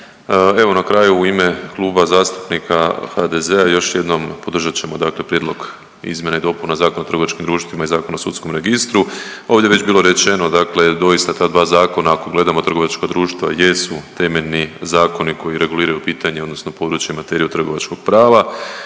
evo na kraju u ime Kluba zastupnika HDZ-a još jednom podržat ćemo dakle Prijedlog izmjena i dopuna Zakona o trgovačkim društvima i Zakon o sudskom registru. Ovdje je već bilo rečeno, dakle doista ta dva zakona ako gledamo trgovačka društva jesu temeljni zakoni koji reguliraju pitanja odnosno područje materiju trgovačkog prava.